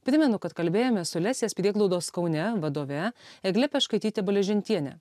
primenu kad kalbėjomės su lesės prieglaudos kaune vadove egle pečkaityte baležentiene